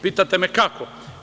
Pitate me kako?